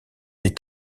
des